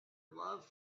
love